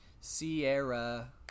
Sierra